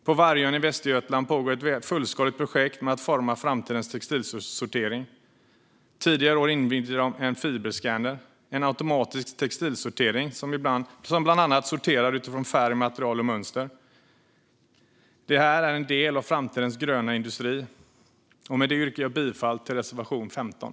På Vargön i Västergötland pågår ett fullskaligt projekt med att forma framtidens textilsortering. Tidigare i år invigde de en fiberskanner, en automatisk textilsortering, som bland annat sorterar utifrån färg, material och mönster. Det här är en del av framtidens gröna industri. Med det yrkar jag bifall till reservation 15.